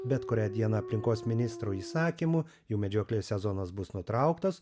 bet kurią dieną aplinkos ministro įsakymu jų medžioklės sezonas bus nutrauktas